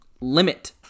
limit